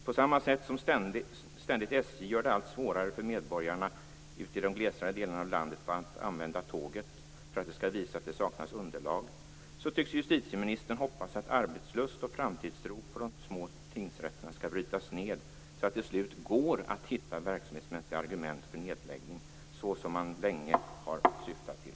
På samma sätt som SJ ständigt gör det allt svårare för medborgarna i de glesare delarna av landet att använda tåget för att kunna visa att det saknas underlag för fortsatt trafik, tycks justitieministern hoppas att arbetslust och framtidstro på de små tingsrätterna skall brytas ned, så att det till slut går att hitta verksamhetsmässiga argument för den nedläggning, såsom man länge har syftat till.